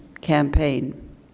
campaign